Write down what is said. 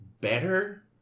better